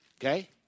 Okay